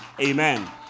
Amen